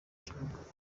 kibuga